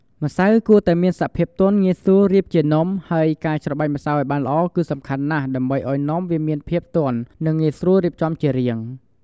ម្សៅគួរតែមានសភាពទន់ ងាយស្រួលរៀបជានំ ហើយការច្របាច់ម្សៅឲ្យបានល្អ គឺសំខាន់ណាស់ដើម្បីឲ្យនំមានភាពទន់ និងងាយស្រួលរៀបជារាង។